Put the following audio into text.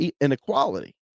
inequality